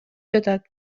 жатат